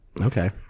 Okay